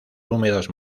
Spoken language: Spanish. húmedos